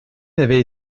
n’avait